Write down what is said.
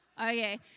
Okay